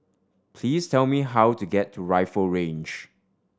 please tell me how to get to Rifle Range